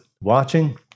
watching